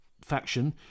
faction